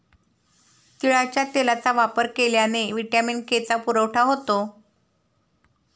तिळाच्या तेलाचा वापर केल्याने व्हिटॅमिन के चा पुरवठा होतो